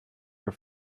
are